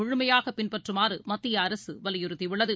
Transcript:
முழுமையாகபின்பற்றுமாறுமத்தியஅரசுவலியுறுத்தியுள்ளது